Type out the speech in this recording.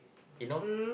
you know